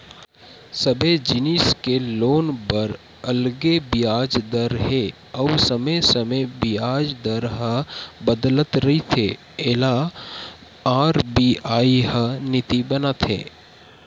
सबे जिनिस के लोन बर अलगे बियाज दर हे अउ समे समे बियाज दर ह बदलत रहिथे एला आर.बी.आई ह नीति बनाथे